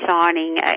signing